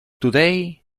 today